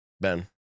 Ben